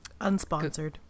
Unsponsored